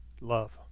love